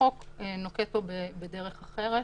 החוק נוקט פה דרך אחרת